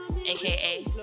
aka